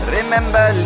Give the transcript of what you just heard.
Remember